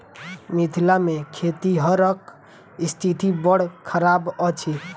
मिथिला मे खेतिहरक स्थिति बड़ खराब अछि